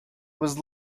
was